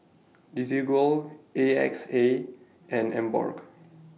Desigual A X A and Emborg